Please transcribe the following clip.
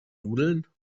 nudeln